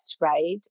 right